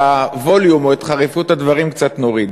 את הווליום או את חריפות הדברים קצת נוריד.